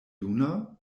juna